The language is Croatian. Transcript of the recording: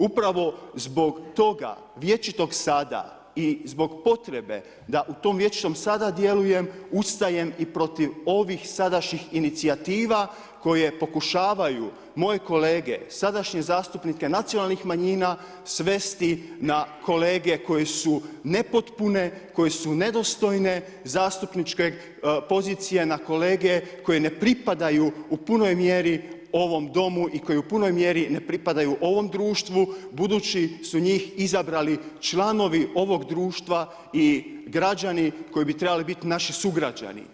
Upravo zbog toga vječito sada i zbog potrebe da u tom vječitom sada djelujem, ustajem i protiv ovih sadašnjih inicijativa koje pokušavaju moje kolege, sadašnje zastupnike nacionalnih manjina svesti na kolege koji su nepotpune, koji su nedostojne zastupničke pozicije, na kolege koji ne pripadaju u punoj mjeri ovom Domu i koji u punoj mjeri ne pripadaju ovom društvu budući su njih izabrali članovi ovog društva i građani koji bi trebali biti naši sugrađani.